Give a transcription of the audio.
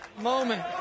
moment